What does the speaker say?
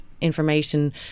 information